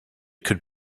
could